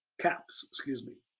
caps, excuse me.